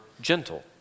gentle